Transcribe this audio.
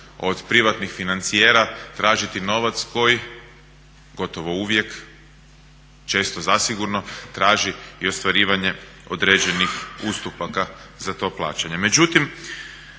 od prihvatnih financijera tražiti novac koji gotovo uvijek, često zasigurno traži i ostvarivanje određenih ustupaka za to plaćanje.